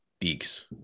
Deeks